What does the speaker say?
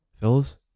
fellas